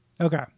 Okay